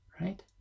right